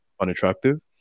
unattractive